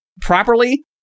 properly